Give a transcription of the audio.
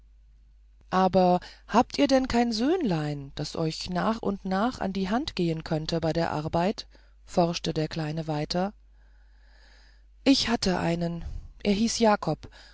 aber habt ihr denn kein söhnlein das euch nach und nach an die hand gehen könnte bei der arbeit forschte der kleine weiter ich hatte einen er hieß jakob